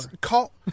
call